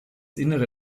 innere